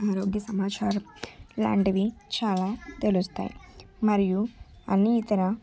ఆరోగ్య సమాచారం ఇలాంటివి చాలా తెలుస్తాయి మరియు అన్నీ ఇతర